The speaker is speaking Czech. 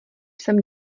jsem